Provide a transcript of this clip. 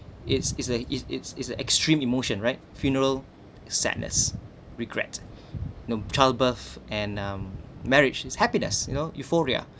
is is a it's it's is an extreme emotion right funeral sadness regret you know childbirth and um marriage is happiness you know euphoria